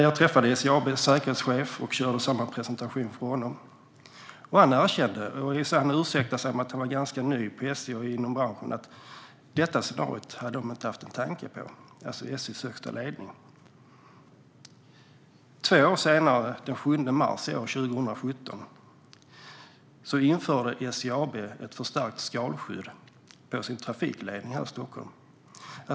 Jag träffade SJ AB:s säkerhetschef och körde samma presentation för honom, och han erkände - i och för sig med ursäkten att han var ganska ny på SJ och inom branschen - att SJ:s högsta ledning inte haft en tanke på detta scenario. Två år senare, den 7 mars 2017, införde SJ AB ett förstärkt skalskydd för sin trafikledning här i Stockholm.